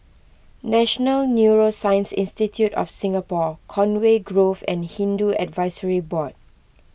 National Neuroscience Institute of Singapore Conway Grove and Hindu Advisory Board